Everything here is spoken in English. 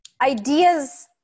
ideas